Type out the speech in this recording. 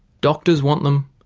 doctors want them,